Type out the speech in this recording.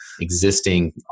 existing